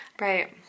Right